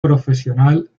profesional